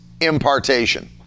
impartation